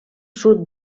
sud